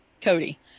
Cody